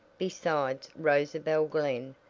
besides rosabel glen,